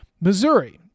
Missouri –